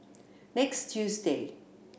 next Tuesday